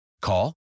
Call